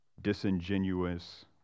disingenuous